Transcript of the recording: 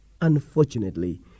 unfortunately